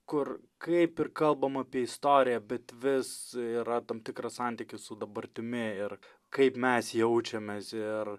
kur kaip ir kalbama apie istoriją bet vis yra tam tikras santykis su dabartimi ir kaip mes jaučiamės ir